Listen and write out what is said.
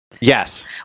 Yes